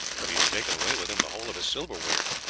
but he has taken away with him the whole of his silverware.